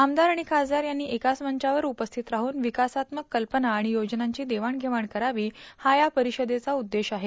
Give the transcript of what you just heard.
आमदार आणि खासदार यांनी एकाच मंचावर उपस्थित राहून विकासात्मक कल्पना आणि योजनांची देवाणघेवाण करावी हा या परिषदेचा उद्देश आहे